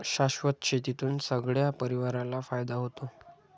शाश्वत शेतीतून सगळ्या परिवाराला फायदा होतो